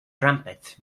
trumpets